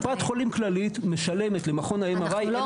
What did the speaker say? עוד פעם: קופת חולים כללית משלמת למכון ה-MRI 1,600 שקל לבדיקה.